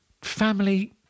family